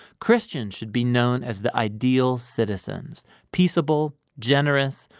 christians should be known as the ideal citizens peaceable, generous,